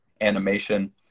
animation